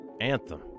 Anthem